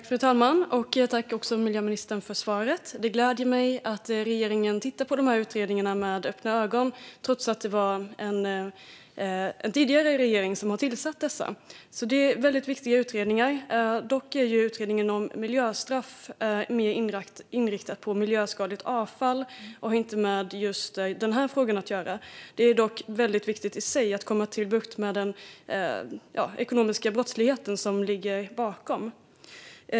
Fru talman! Jag tackar miljöministern för svaret. Det gläder mig att regeringen tittar på dessa utredningar med öppna ögon trots att de tillsattes av en tidigare regering. Det är väldigt viktiga utredningar, även om utredningen om miljöstraff är mer inriktad på miljöskadligt avfall och inte har med just den här frågan att göra. Det är dock viktigt i sig att få bukt med den ekonomiska brottslighet som ligger bakom.